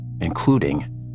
including